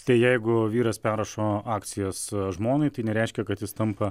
tai jeigu vyras perrašo akcijas žmonai tai nereiškia kad jis tampa